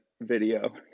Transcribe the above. video